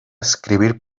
escribir